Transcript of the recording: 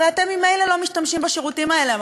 הרי אתם ממילא לא משתמשים בשירותים האלה,